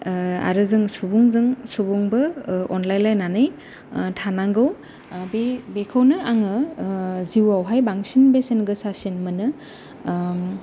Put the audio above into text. आरो जों सुबुंजों सुबुंबो अनलायलायनानै थानांगौ बेखौनो आंङो जिउआव हाय बांसिन बेसेन गोसासिन मोनो